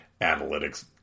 analytics